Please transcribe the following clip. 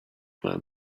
man